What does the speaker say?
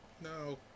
no